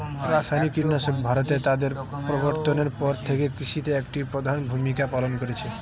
রাসায়নিক কীটনাশক ভারতে তাদের প্রবর্তনের পর থেকে কৃষিতে একটি প্রধান ভূমিকা পালন করেছে